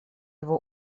его